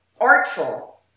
artful